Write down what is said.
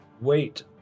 Wait